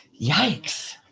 Yikes